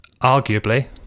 arguably